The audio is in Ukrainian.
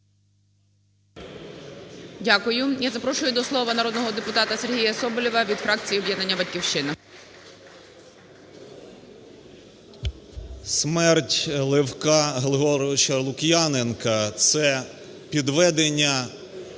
Дякую. Я запрошую до слова народного депутата Сергія Соболєва від фракції об'єднання "Батьківщина". 10:11:29 СОБОЛЄВ С.В. Смерть Левка Григоровича Лук'яненка – це підведення